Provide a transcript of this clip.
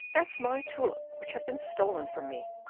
that's my tulip, which has been stolen from me.